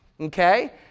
Okay